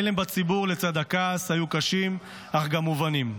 ההלם בציבור לצד הכעס היו קשים אך גם מובנים.